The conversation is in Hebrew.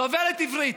דוברת עברית,